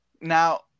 Now